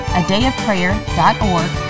adayofprayer.org